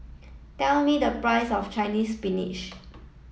tell me the price of Chinese Spinach